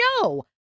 No